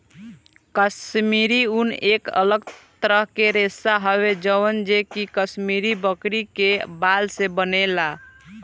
काश्मीरी ऊन एक अलग तरह के रेशा हवे जवन जे कि काश्मीरी बकरी के बाल से बनेला